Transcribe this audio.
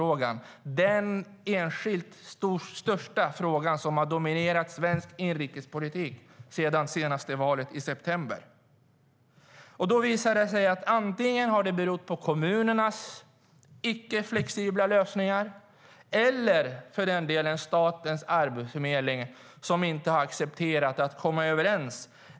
Det är den enskilt största frågan i svensk inrikespolitik sedan valet i september. Det visar sig att problemen har berott antingen på kommunernas icke-flexibla lösningar eller på att statens arbetsförmedling inte har accepterat att komma överens.